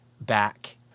back